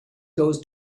goes